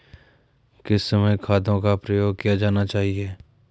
किस समय खादों का प्रयोग किया जाना चाहिए?